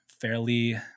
fairly